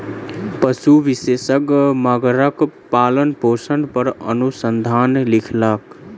पशु विशेषज्ञ मगरक पालनपोषण पर अनुसंधान लिखलक